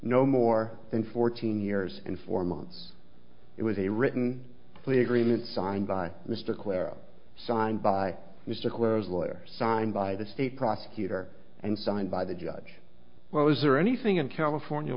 no more than fourteen years and four months it was a written plea agreement signed by mr clara signed by mr close lawyer signed by the state prosecutor and signed by the judge well is there anything in california